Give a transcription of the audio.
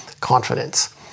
confidence